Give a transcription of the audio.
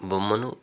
బొమ్మను